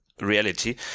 reality